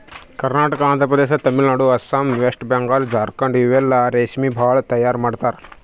Karnataka, Andhra Pradesh, Tamil Nadu, Assam, West Bengal, Jharkhand ಇಲ್ಲೆಲ್ಲಾ ರೇಶ್ಮಿ ಭಾಳ್ ತೈಯಾರ್ ಮಾಡ್ತರ್